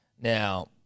Now